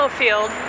field